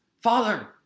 Father